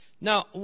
Now